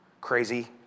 crazy